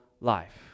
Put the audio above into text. life